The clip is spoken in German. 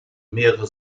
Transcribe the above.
mehrere